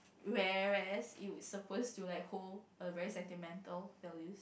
whereas you suppose to like hold a very sentimental value